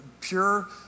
pure